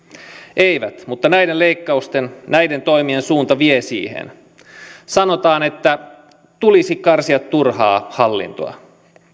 eivät mutta näiden leikkausten näiden toimien suunta vie siihen sanotaan että tulisi karsia turhaa hallintoa